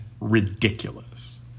ridiculous